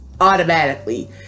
Automatically